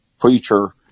preacher